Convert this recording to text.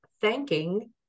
thanking